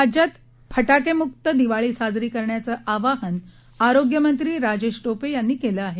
राज्यात फटाकेमुक्त दिवाळी साजरी करण्याचं आवाहन आरोग्यमंत्री राजेश टोपे यांनी केलं आहे